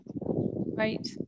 Right